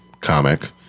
comic